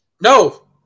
no